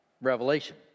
Revelation